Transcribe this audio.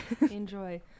enjoy